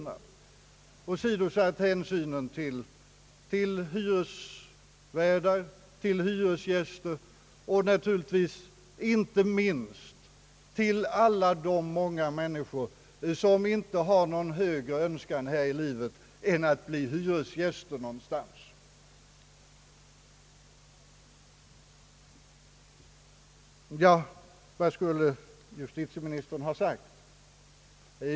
Nu har ju regeringen åsidosatt varje hänsyn till hyresvärdar och hyresgäster och naturligtvis inte minst till alla de människor som inte har någon högre önskan här i livet än att bli hyresgäster någonstans. Ja, vad skulle justitieministern ha sagt?